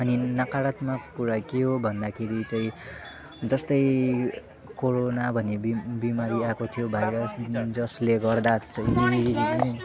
अनि नकारात्मक कुरा के हो भन्दाखेरि चाहिँ जस्तै कोरोना भन्ने बी बिमारी आएको थियो भाइरस जसले गर्दा चाहिँ